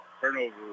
turnover